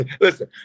Listen